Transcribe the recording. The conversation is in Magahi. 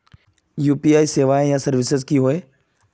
यु.पी.आई सेवाएँ या सर्विसेज की होय?